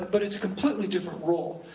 but it's a completely different role.